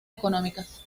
económicas